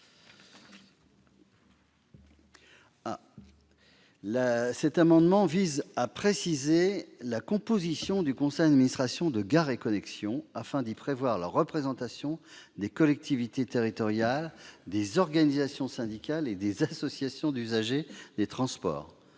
L'amendement n° 237 tend à préciser la composition du conseil d'administration de Gares & Connexions, afin d'y prévoir la représentation des collectivités territoriales, des organisations syndicales et des associations d'usagers des transports.